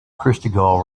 christgau